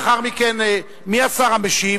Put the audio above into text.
מי השר המשיב?